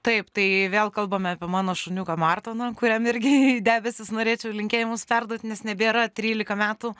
taip tai vėl kalbame apie mano šuniuką martoną kuriam irgi į debesis norėčiau linkėjimus perduot nes nebėra trylika metų